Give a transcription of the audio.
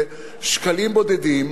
זה שקלים בודדים.